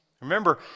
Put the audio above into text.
remember